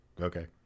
Okay